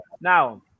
Now